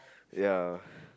ya